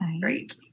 Great